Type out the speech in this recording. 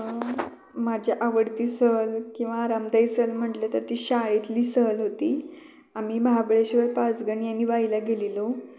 माझी आवडती सहल किवा आरामदायी सहल म्हटले तर ती शाळेतली सहल होती आम्ही महाबळेश्वर पाचगणी आणि वाईला गेलेलो